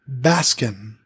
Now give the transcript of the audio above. Baskin